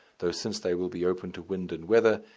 though since they will be open to wind and weather,